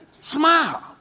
Smile